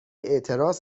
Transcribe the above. اعتراض